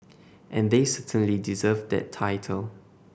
and they certainly deserve that title